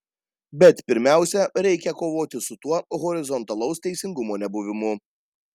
bet pirmiausia reikia kovoti su tuo horizontalaus teisingumo nebuvimu